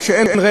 כשאין,